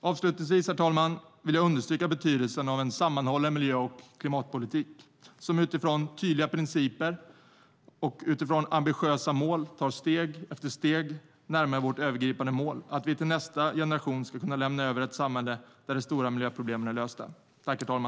Avslutningsvis, herr talman, vill jag understryka betydelsen av en sammanhållen miljö och klimatpolitik som utifrån tydliga principer och ambitiösa mål tar steg efter steg närmare vårt övergripande mål, att vi till nästa generation ska kunna lämna över ett samhälle där de stora miljöproblemen är lösta.